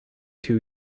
two